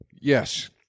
yes